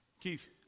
Keith